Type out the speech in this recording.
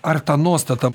ar ta nuostata